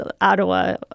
Ottawa